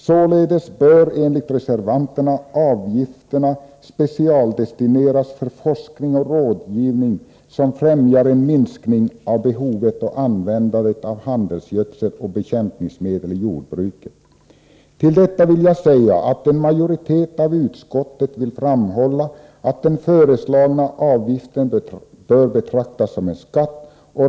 Avgifterna bör således enligt reservanterna specialdestineras för forskning och rådgivning som främjar en minskning av behovet och användandet av handelsgödsel och bekämpningsmedel i jordbruket. Till detta vill jag säga att en majoritet i utskottet framhåller att den föreslagna avgiften bör betraktas som en skatt.